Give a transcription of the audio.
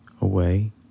away